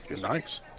Nice